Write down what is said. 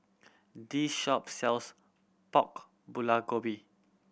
this shop sells Pork Bulgogi